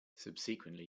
subsequently